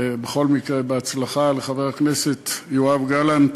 בכל מקרה, בהצלחה לחבר הכנסת יואב גלנט.